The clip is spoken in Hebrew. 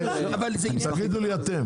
תתייחס.